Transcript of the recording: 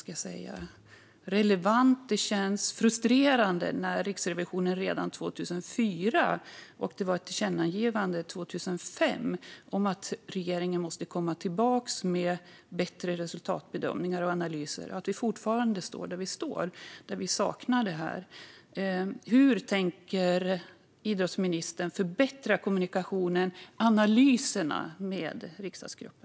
Det känns frustrerande att vi fortfarande står där vi står när Riksrevisionen granskade redan 2004 och det kom ett tillkännagivande 2005 om att regeringen måste komma tillbaka med bättre resultatbedömningar och analyser, som vi saknar. Hur tänker idrottsministern förbättra kommunikationen och analyserna med riksdagsgruppen?